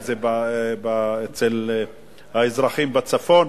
אם זה אזרחים בצפון,